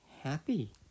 happy